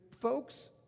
folks